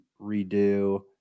redo